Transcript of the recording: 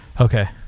Okay